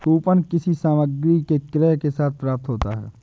coupon किसी सामग्री के क्रय के साथ प्राप्त होता है